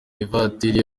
ivatiri